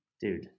dude